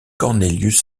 cornelius